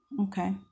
okay